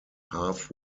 half